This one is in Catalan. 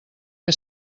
que